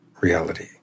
reality